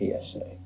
PSA